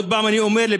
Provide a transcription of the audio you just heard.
עוד פעם אני אומר,